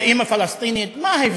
שואלת כל אימא פלסטינית: מה ההבדל